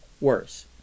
worse